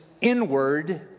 inward